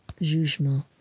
jugement